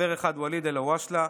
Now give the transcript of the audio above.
חבר אחד: ואליד אלהואשלה,